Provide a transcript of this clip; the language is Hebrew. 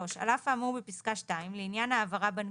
על אף האמור בפסקה (2) לעניין העברה בנקאית,